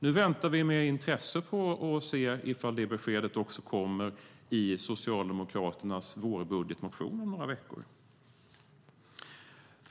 Nu väntar vi med intresse på att se ifall det beskedet också kommer i Socialdemokraternas vårbudgetmotion om några veckor.